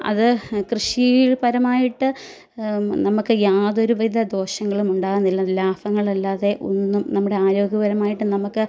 അത് കൃഷി പരമായിട്ട് നമുക്ക് യാതൊരു വിധ ദോഷങ്ങളുമുണ്ടാകുന്നില്ല ലാഭങ്ങളല്ലാതെ ഒന്നും നമ്മുടെ ആരോഗ്യപരമായിട്ട് നമുക്ക്